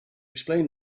explain